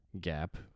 gap